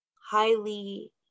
highly